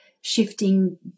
shifting